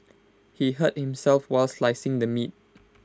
he hurt himself while slicing the meat